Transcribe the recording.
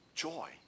Joy